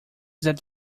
that